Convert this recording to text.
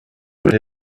with